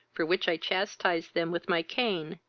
for which i chastised them with my cane,